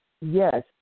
Yes